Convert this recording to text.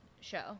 show